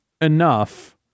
enough